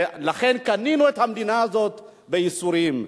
ולכן קנינו את המדינה הזאת בייסורים.